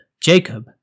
Jacob